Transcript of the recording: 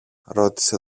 ρώτησε